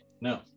No